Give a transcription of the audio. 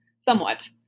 somewhat